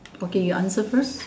okay you answer first